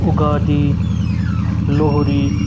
Ugadi Lohri